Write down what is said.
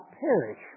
perish